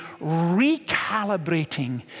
recalibrating